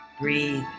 Breathe